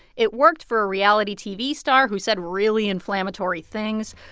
it worked for a reality tv star who said really inflammatory things,